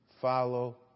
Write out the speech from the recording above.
follow